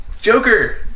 Joker